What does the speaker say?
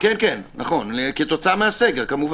כתוצאה מהסגר.